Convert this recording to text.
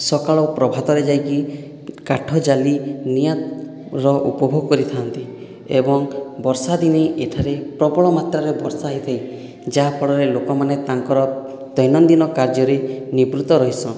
ସକାଳ ପ୍ରଭାତରେ ଯାଇକି କାଠ ଜାଳି ନିଆଁର ଉପଭୋଗ କରିଥାନ୍ତି ଏବଂ ବର୍ଷାଦିନେ ଏଠାରେ ପ୍ରବଳ ମାତ୍ରାରେ ବର୍ଷା ହୋଇଥାଏ ଯାହାଫଳରେ ଲୋକମାନେ ତାଙ୍କର ଦୈନନ୍ଦିନ କାର୍ଯ୍ୟରେ ନିବୃତ ରହେସନ୍